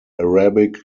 arabic